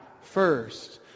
first